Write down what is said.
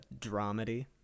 dramedy